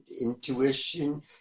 intuition